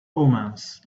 omens